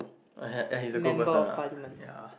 he's a good person lah ya